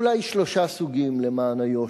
אולי שלושה סוגים, למען היושר: